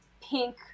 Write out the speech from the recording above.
pink